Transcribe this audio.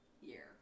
year